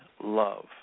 love